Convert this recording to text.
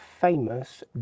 famous